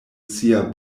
sia